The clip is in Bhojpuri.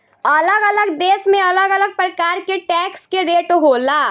अलग अलग देश में अलग अलग प्रकार के टैक्स के रेट होला